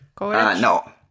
No